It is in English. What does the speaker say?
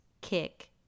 kick